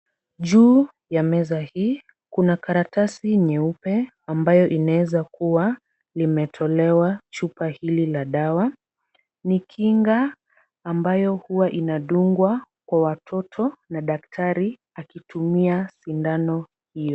Juu ya meza hii, kuna karatasi nyeupe ambayo inaweza kuwa limetolewa chupa hili la dawa. Ni kinga ambayo huwa inadungwa kwa watoto na daktari akitumia sindano hiyo.